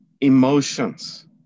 emotions